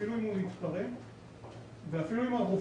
אפילו אם הוא מתפרע ואפילו אם הרופא